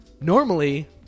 Normally